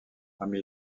parmi